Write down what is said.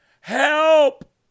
help